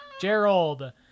Gerald